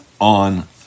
on